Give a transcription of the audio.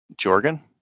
Jorgen